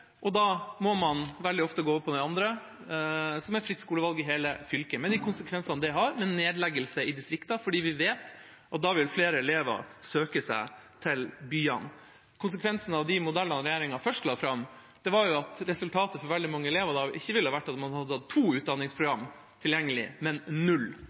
og da må man veldig ofte gå over til den andre, som er fritt skolevalg i hele fylket, med de konsekvensene det har med nedleggelser i distriktene, for vi vet at da vil flere elever søke seg til byene. Konsekvensen av de modellene regjeringa først la fram, var at resultatet for veldig mange elever da ikke ville ha vært at man hadde hatt to utdanningsprogram tilgjengelig, men null,